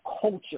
culture